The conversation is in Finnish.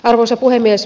arvoisa puhemies